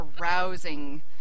arousing